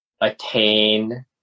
attain